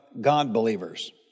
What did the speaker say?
God-believers